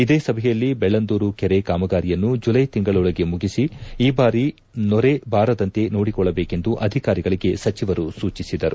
ಇದೇ ಸಭೆಯಲ್ಲಿ ದೆಳ್ಳಂದೂರು ಕೆರೆ ಕಾಮಗಾರಿಯನ್ನು ಜುಲೈ ತಿಂಗಳೊಳಗೆ ಮುಗಿಸಿ ಈ ಬಾರಿ ನೊರೆ ಬಾರದಂತೆ ನೋಡಿಕೊಳ್ಳಬೇಕೆಂದು ಅಧಿಕಾರಿಗಳಿಗೆ ಸಚಿವರು ಸೂಚಿಸಿದರು